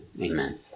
amen